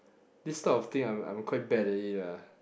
this type of thing I am I am quite bad at it lah